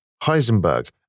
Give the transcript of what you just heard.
Heisenberg